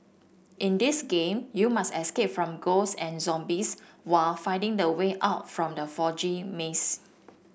in this game you must escape from ghost and zombies while finding the way out from the foggy maze